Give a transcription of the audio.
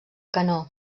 canó